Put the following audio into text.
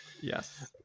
Yes